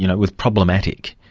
you know, was problematic.